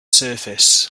surface